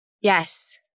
Yes